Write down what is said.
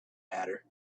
matter